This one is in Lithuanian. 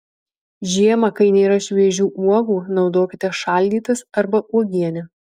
žiemą kai nėra šviežių uogų naudokite šaldytas arba uogienę